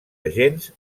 agents